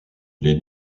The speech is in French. les